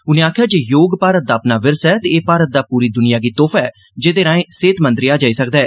उनें आखेआ जे योग भारत दा अपना विरसा ऐ ते एह् भारत दा पूरी दुनिया गी तोहफा ऐ जेह्दे राए सेह्तमंद रेया जाई सकदा ऐ